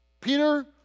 Peter